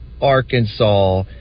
Arkansas